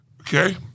okay